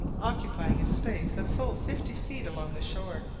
occupying a space of full fifty feet along the shore.